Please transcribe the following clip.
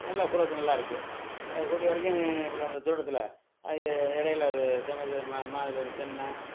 நல்லா க்ரோத்து நல்லாயிருக்கு கூடிய வரைக்கும் அப்புறம் இந்த தோட்டத்தில் எ இடையில இது சமயத்தில் மா மா இல்ல தென்னை